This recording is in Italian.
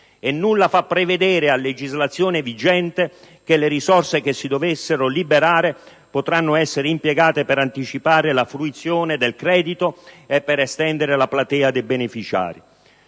e nulla fa prevedere a legislazione vigente che le risorse che si dovessero liberare potranno essere impiegate per anticipare la fruizione del credito e per estendere la platea dei beneficiari.